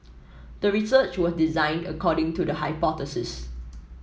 the research was designed according to the hypothesis